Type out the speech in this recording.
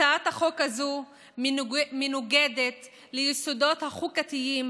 הצעת החוק הזאת מנוגדת ליסודות החוקתיים